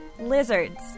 Lizards